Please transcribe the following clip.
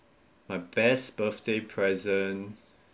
my best birthday present